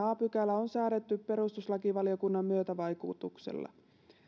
a pykälä on säädetty perustuslakivaliokunnan myötävaikutuksella